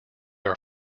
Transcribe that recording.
are